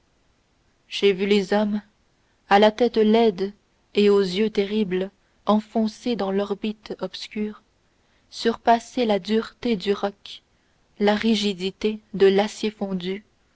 j'ai vu les hommes à la tête laide et aux yeux terribles enfoncés dans l'orbite obscur surpasser la dureté du roc la rigidité de l'acier fondu